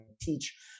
teach